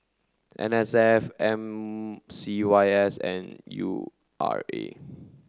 N S F M C Y S and U R A